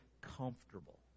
comfortable